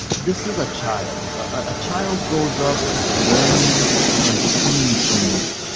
this is a child. a child grows up learning and seeing things,